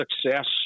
success